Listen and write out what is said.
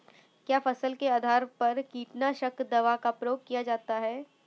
क्या फसल के आधार पर कीटनाशक दवा का प्रयोग किया जाता है?